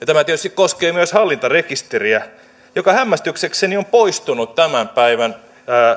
tämä tietysti koskee myös hallintarekisteriä joka hämmästyksekseni on poistunut tämän päivän